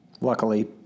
luckily